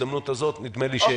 וההזדמנות הזאת נדמה לי שפורטה פה.